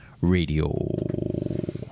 radio